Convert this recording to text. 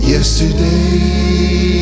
Yesterday